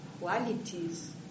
qualities